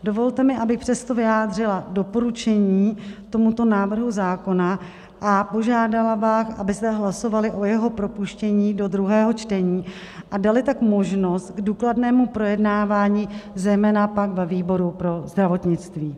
Dovolte mi, abych přesto vyjádřila doporučení k tomuto návrhu zákona a požádala vás, abyste hlasovali o jeho propuštění do druhého čtení a dali tak možnost k důkladnému projednávání, zejména pak ve výboru pro zdravotnictví.